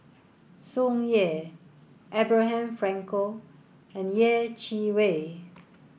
Tsung Yeh Abraham Frankel and Yeh Chi Wei